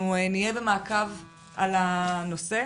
אנחנו נהיה במעקב על הנושא.